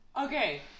Okay